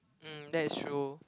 um that is true